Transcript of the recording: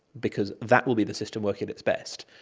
because that will be the system working at its best.